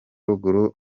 ruguru